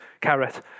carrot